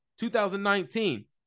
2019